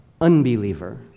unbeliever